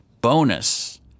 bonus